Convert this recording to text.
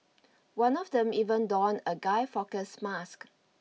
one of them even donned a Guy Fawkes mask